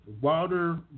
Wilder